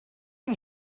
did